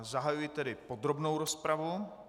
Zahajuji tedy podrobnou rozpravu.